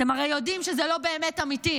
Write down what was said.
אתם הרי יודעים שזה לא באמת אמיתי.